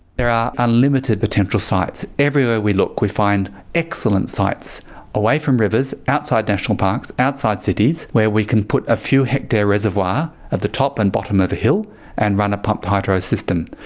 there are unlimited potential sites. everywhere we look we find excellent sites away from rivers, outside national parks, outside cities, where we can put a few hectares reservoir at the top and bottom of a hill and run a pumped hydro system.